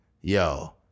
Yo